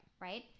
Right